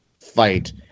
fight